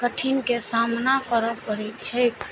कठिनके सामना करऽ पड़ै छैक